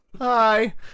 hi